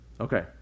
okay